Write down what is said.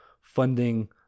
funding